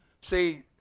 See